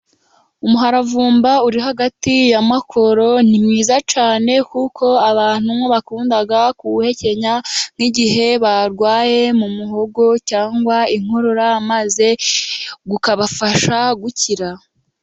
Umuravumba uri hagati y'amakoro ni mwiza cyane, kuko abantu bakunda kuwuhekenya nk'igihe barwaye mu muhogo cyangwa inkorora, maze ukabafasha gukira.